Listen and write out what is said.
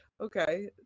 okay